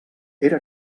era